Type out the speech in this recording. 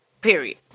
Period